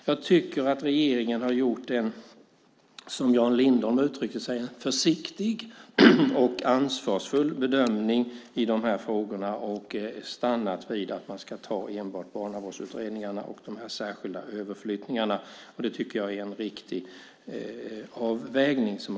Jag tycker att regeringen har gjort, som Jan Lindholm uttryckte sig, en försiktig och ansvarsfull bedömning i de här frågorna och stannat vid att man ska ta enbart barnavårdsutredningarna och de särskilda överflyttningarna. Det tycker jag är en riktig avvägning.